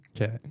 Okay